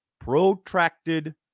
protracted